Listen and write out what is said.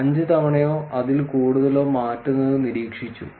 5 തവണയോ അതിൽ കൂടുതലോ മാറ്റുന്നത് നിരീക്ഷിച്ചു